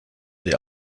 the